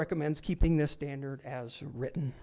recommends keeping this standard as written